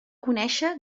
conèixer